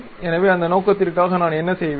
எனவே அந்த நோக்கத்திற்காக நான் என்ன செய்வேன்